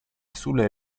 sulle